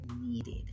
needed